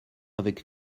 avec